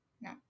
No